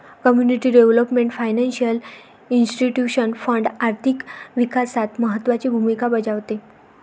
community development financial institution fund आर्थिक विकासात महत्त्वाची भूमिका बजावते